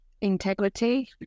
integrity